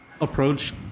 approach